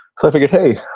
so, i figured, hey.